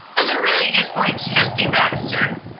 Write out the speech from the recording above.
those are really good points, trustee baxter.